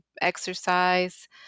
Exercise